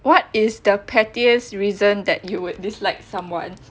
what is the pettiest reason that you would dislike someone